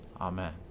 Amen